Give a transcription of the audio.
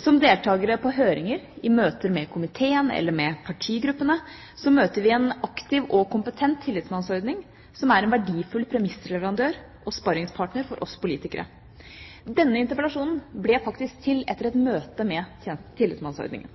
Som deltakere på høringer, i møter med komiteen eller med partigruppene møter vi en aktiv og kompetent tillitsmannsordning som er en verdifull premissleverandør og sparringpartner for oss politikere. Denne interpellasjonen ble faktisk til etter et møte med Tillitsmannsordningen.